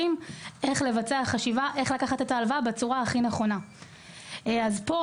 איך לקחת את ההלוואה בצורה הנכונה ביותר.